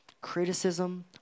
criticism